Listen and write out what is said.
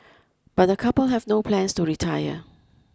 but the couple have no plans to retire